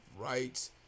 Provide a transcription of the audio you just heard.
right